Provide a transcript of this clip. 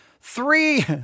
three